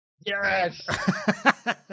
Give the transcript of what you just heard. Yes